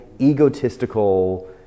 egotistical